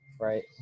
right